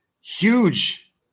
Huge